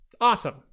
Awesome